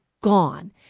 gone